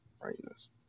brightness